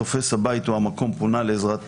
תופש הבית או המקום פונה לעזרת המשטרה,